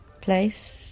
place